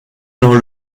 dans